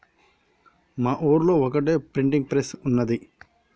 మా ఊళ్లో ఒక్కటే ప్రింటింగ్ ప్రెస్ ఉన్నది